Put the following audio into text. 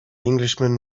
englishman